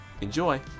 Enjoy